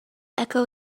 echo